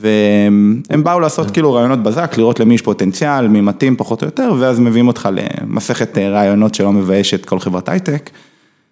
והם באו לעשות כאילו רעיונות בזק, לראות למי יש פוטנציאל, מי מתאים פחות או יותר ואז מביאים אותך למסכת ראיונות שלא מביישת כל חברת הייטק.